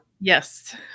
Yes